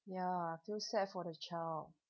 ya feel sad for the child